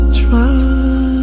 try